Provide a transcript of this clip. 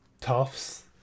Tufts